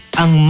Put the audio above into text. ang